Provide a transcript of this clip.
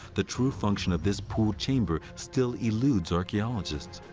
the true function of this pool chamber still eludes archaeologists.